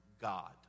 God